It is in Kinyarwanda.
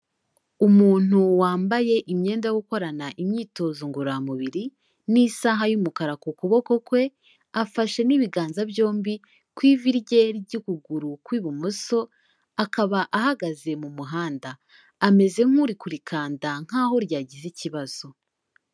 Umuntu wambaye imyenda yo gukorana imyitozo ngororamubiri, n'isaha y'umukara ku kuboko kwe, afashe n'ibiganza byombi, ku ivi rye ry'ukuguru kw'ibumoso, akaba ahagaze mu muhanda. Ameze nk'uri kurikanda nkaho ryagize ikibazo.